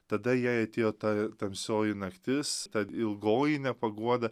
tada jai atėjo ta tamsioji naktis tad ilgoji nepaguoda